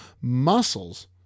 muscles